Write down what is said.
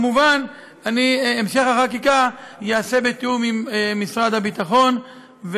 מובן שהמשך החקיקה ייעשה בתיאום עם משרד הביטחון,